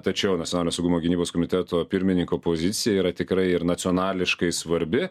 tačiau nacionalinio saugumo gynybos komiteto pirmininko pozicija yra tikrai ir nacionališkai svarbi